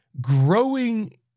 growing